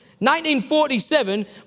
1947